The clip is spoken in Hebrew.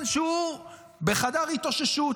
בחדר התאוששות.